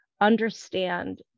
understand